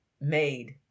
made